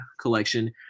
collection